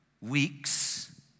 weeks